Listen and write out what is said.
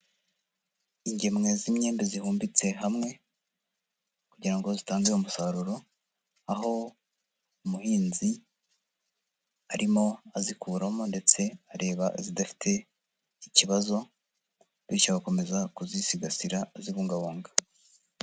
Ingemwe z'imyembe zihumbitse hamwe kugira ngo zitange umusaruro, aho umuhinzi arimo azikuramo, ndetse areba izidafite ikibazo, bityo agakomeza kuzisigasira azibungabunga.